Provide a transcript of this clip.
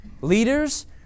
Leaders